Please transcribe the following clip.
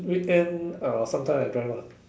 weekend uh sometime I drive lah